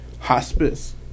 hospice